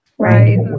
Right